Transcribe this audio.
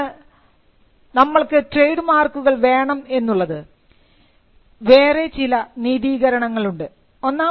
എന്തുകൊണ്ടാണ് നമ്മൾക്ക് ട്രേഡ് മാർക്കുകൾ വേണം എന്നുള്ളത് വേറെ ചില നീ സ്വീകരണങ്ങളുണ്ട്